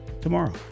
tomorrow